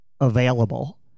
available